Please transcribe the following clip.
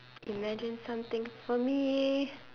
imagine something for me